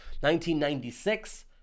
1996